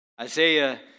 Isaiah